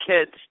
kids